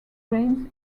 drains